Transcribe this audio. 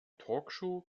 talkshow